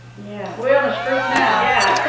yeah we're on a streak now. yeah.